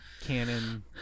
canon